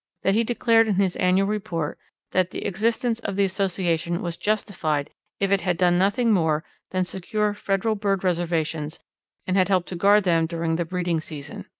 that he declared in his annual report that the existence of the association was justified if it had done nothing more than secure federal bird reservations and had helped to guard them during the breeding season.